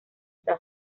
esta